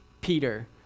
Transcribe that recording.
Peter